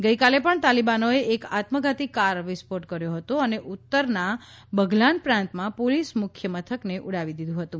ગઇકાલે પજ્ઞ તાલીબાનોએ એક આત્મઘાતી કાર વિસ્ફોટ કર્યો હતો અને ઉત્તરના બધલાન પ્રાંતમાં પોલીસ મુખ્ય મથકને ઉડાવી દીધું હતું